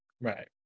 right